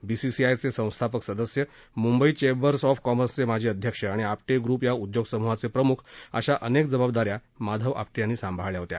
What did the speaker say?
बीसीसायचे संस्थापक सदस्य Mumbai chambers of कॉमर्सचे माजी अध्यक्ष आणि आपटे ग्रप या उद्योगसमूहाचे प्रमूख अशा अनेक जबाबदाऱ्या माधव आपटे यांनी सांभाळल्या होत्या